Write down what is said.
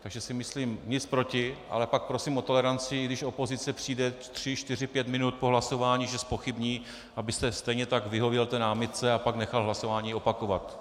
Takže si myslím, nic proti, ale pak prosím o toleranci, když opozice přijde tři, čtyři, pět minut po hlasování, že zpochybní, aby se stejně tak vyhovělo té námitce a pak nechalo hlasování opakovat.